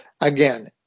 again